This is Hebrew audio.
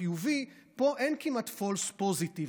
פה אין כמעט false positive,